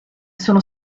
sono